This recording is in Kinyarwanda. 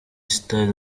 style